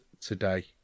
today